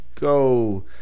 Go